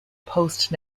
post